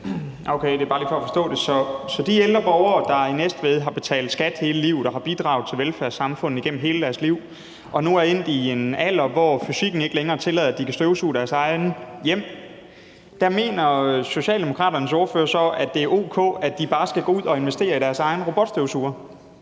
de ældre borgere i Næstved, der har betalt skat hele livet og bidraget til velfærdssamfundet igennem hele deres liv og nu har nået en alder, hvor fysikken ikke længere tillader, at de kan støvsuge i deres eget hjem, mener Socialdemokraternes ordfører så, at det er o.k., at de bare skal gå ud og investere i deres egen robotstøvsuger?